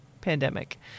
pandemic